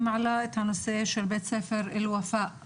אני מעלה את העניין של בית ספר בחורה,